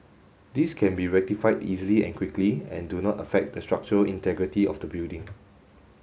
these can be rectified easily and quickly and do not affect the structural integrity of the building